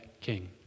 king